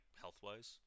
health-wise